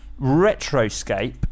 Retroscape